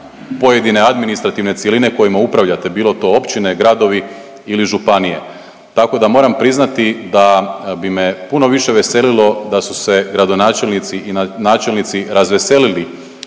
pojedine administrativne cjeline kojima upravljate bilo to općine, gradovi ili županije. Tako da moram priznati da bi me puno više veselilo da su se gradonačelnici i načelnici razveselili